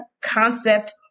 concept